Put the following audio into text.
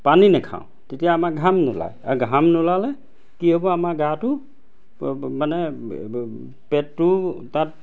পানী নেখাওঁ তেতিয়া আমাৰ ঘাম নোলায় আৰু ঘাম নোলালে কি হ'ব আমাৰ গাটো মানে পেটটো তাত